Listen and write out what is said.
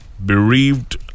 Bereaved